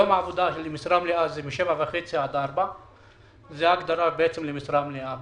יום עבודה למשרה מלאה הוא מ-7:30 עד 4:00. זו ההגדרה למשרה מלאה.